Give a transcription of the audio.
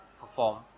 perform